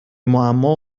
معما